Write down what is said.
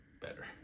better